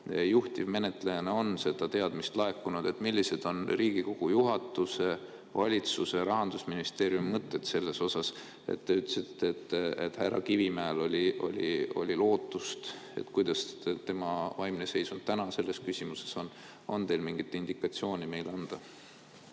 juhtivmenetlejale on laekunud teadmine, millised on Riigikogu juhatuse, valitsuse, Rahandusministeeriumi mõtted selles osas? Te ütlesite, et härra Kivimäel oli lootust. Kuidas tema vaimne seisund täna selles küsimuses on? On teil mingit indikatsiooni meile anda?